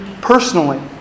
personally